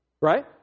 Right